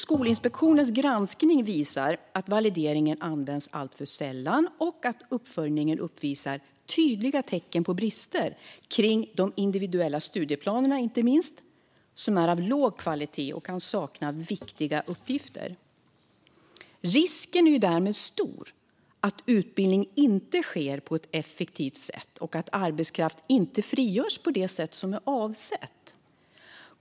Skolinspektionens granskning visar att valideringen används alltför sällan och att uppföljningen uppvisar tydliga tecken på brister när det gäller inte minst de individuella studieplanerna, som är av låg kvalitet och kan sakna viktiga uppgifter. Risken är därmed stor att utbildning inte sker på ett effektivt sätt och att arbetskraft inte frigörs på avsett sätt.